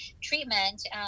treatment